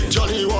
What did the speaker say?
Johnny